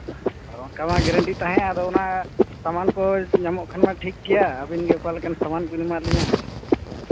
ᱚᱱᱠᱟ ᱢᱟ ᱜᱮᱨᱮᱱᱴᱤ ᱛᱟᱦᱮᱸᱜ ᱮ ᱟᱫᱚ ᱚᱱᱟ ᱥᱟᱢᱟᱱ ᱠᱚ ᱧᱟᱢᱚᱜ ᱠᱷᱟᱱ ᱢᱟ ᱴᱷᱤᱠ ᱜᱮᱭᱟ ᱟᱹᱵᱤᱱᱜᱮ ᱚᱠᱟ ᱞᱮᱠᱟᱱ ᱥᱟᱢᱟᱱ ᱵᱤᱱ ᱮᱢᱟᱜ ᱞᱤᱧᱟᱹ